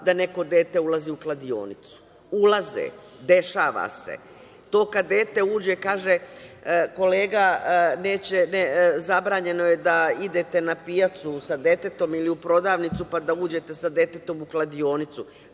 da neko dete ulazi u kladionicu. Ulaze, dešava se. To kada dete uđe, kaže kolega, neće, zabranjeno je da idete na pijacu sa detetom ili u prodavnicu, pa da uđete sa detetom u kladionicu.